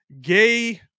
gay